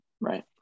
right